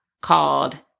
called